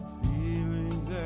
feelings